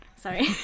Sorry